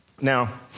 Now